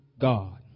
God